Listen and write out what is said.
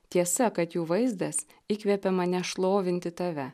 tiesa kad jų vaizdas įkvepia mane šlovinti tave